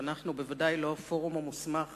ואנחנו בוודאי לא הפורום המוסמך